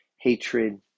hatred